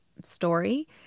story